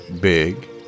Big